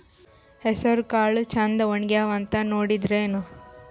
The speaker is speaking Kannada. ಹೆಸರಕಾಳು ಛಂದ ಒಣಗ್ಯಾವಂತ ನೋಡಿದ್ರೆನ?